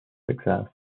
success